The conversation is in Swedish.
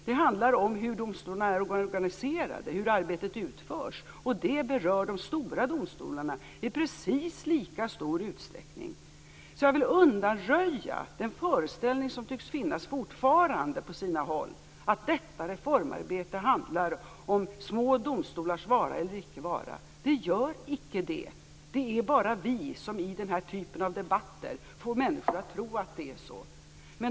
Det handlar om hur domstolarna är organiserade, hur arbetet utförs. Det berör de stora domstolarna i precis lika stor utsträckning. Jag vill alltså undanröja den föreställning som fortfarande tycks finnas på sina håll om att detta reformarbete handlar om små domstolars vara eller icke vara. Det gör det inte. Det är bara vi som i den här typen av debatter får människor att tro att det är så.